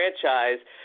franchise